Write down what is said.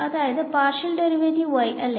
അതായത് partial derivative y അല്ലെ